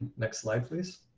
next slide please.